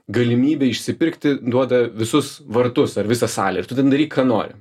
galimybę išsipirkti duoda visus vartus ar visą salę ir tu ten daryk ką nori